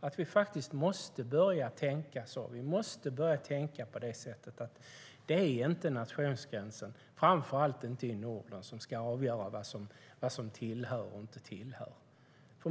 Vi måste faktiskt börja tänka så; vi måste börja tänka på det sättet att det inte är nationsgränsen, framför allt inte i Norden, som ska avgöra vad som tillhör och inte tillhör.